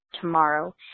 tomorrow